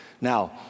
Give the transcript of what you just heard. Now